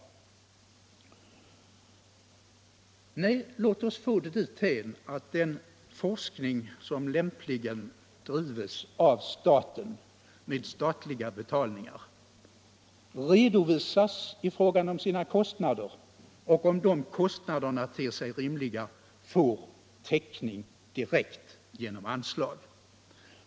Nej. låt oss få det dithän att den forskning, som lämpligen bedrivs genom staten, redovisas i fråga om sina kostnader och, om dessa kost nader ter sig rimliga, får täckning direkt genom anslag.